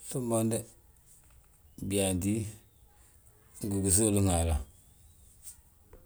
Ŧuunbonde, biyaanti, ngi gisówlin haala.